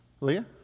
Leah